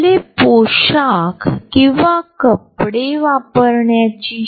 आपण त्या व्यक्तीपासून विभक्त आहोत हे दाखविते